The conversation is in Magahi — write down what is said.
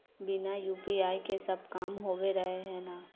बिना यु.पी.आई के सब काम होबे रहे है ना?